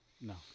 No